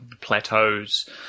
plateaus